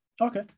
Okay